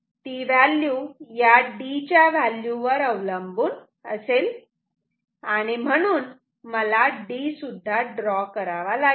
ती व्हॅल्यू या D च्या व्हॅल्यू वर अवलंबून असेल आणि म्हणून मला D सुद्धा ड्रॉ करावा लागेल